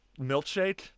milkshake